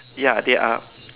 ya they are